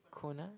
quinoa